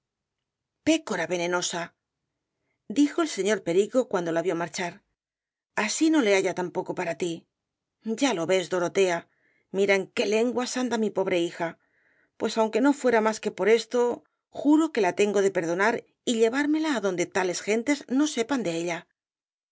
pécora venenosa dijo el señor perico cuando la vio marchar así no le haya tampoco para ti ya lo ves dorotea mira en qué lenguas anda mi pobre hija pues aunque no fuera más que por esto juro que la tengo de perdonar y llevármela adonde tales gentes no sepan de ella